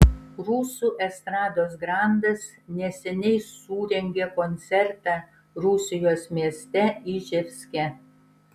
rusų estrados grandas neseniai surengė koncertą rusijos mieste iževske